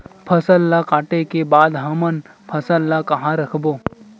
फसल ला काटे के बाद हमन फसल ल कहां रखबो?